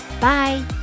Bye